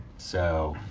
so,